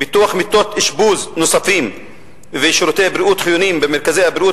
פיתוח מיטות אשפוז נוספות ושירותי בריאות חיוניים במרכזי הבריאות